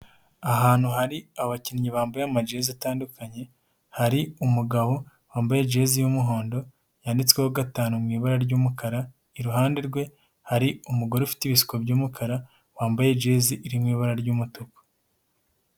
Ahantu hari abakinnyi bambaye amajezi atandukanye, hari umugabo wambaye jezi y'umuhondo yanditsweho gatanu mu ibara ry'umukara, iruhande rwe hari umugore ufite ibisuko by'umukara wambaye jezi iri mu ibara ry'umutuku.